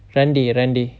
rundy rundy